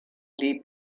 lee